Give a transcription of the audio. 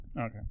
Okay